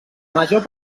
major